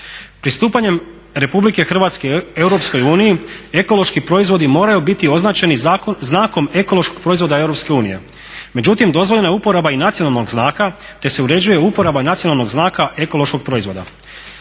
Pristupanjem RH EU ekološki proizvodi moraju biti označeni znakom ekološkog proizvoda EU. Međutim, dozvoljena je uporaba i nacionalnog znaka te se uređuje uporaba nacionalnog znaka ekološkog proizvoda.